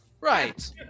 Right